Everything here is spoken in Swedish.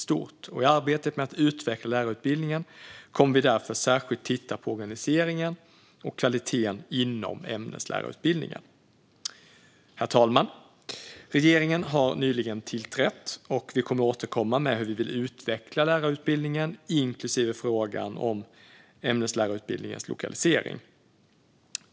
I arbetet med att utveckla lärarutbildningen kommer vi därför att särskilt titta på organiseringen och kvaliteten inom ämneslärarutbildningen. Herr talman! Regeringen har nyligen tillträtt. Vi kommer att återkomma med hur vi vill utveckla lärarutbildningen, inklusive frågan om ämneslärarutbildningens lokalisering.